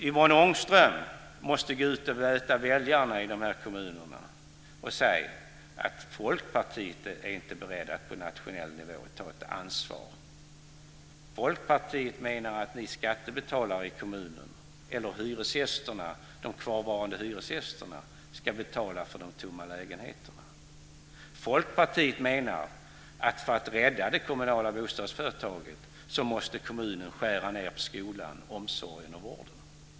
Yvonne Ångström måste gå ut och möta väljarna i de här kommunerna och säga att Folkpartiet inte är berett att ta ett ansvar på nationell nivå. Folkpartiet menar att skattebetalarna eller de kvarvarande hyresgästerna i kommunen ska betala för de tomma lägenheterna. Folkpartiet menar att för att rädda det kommunala bostadsföretaget måste kommunen skära ned på skolan, omsorgen och vården.